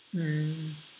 mm